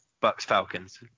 Bucks-Falcons